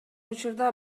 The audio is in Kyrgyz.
учурда